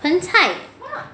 盆菜